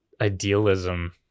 idealism